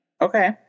Okay